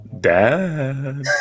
dad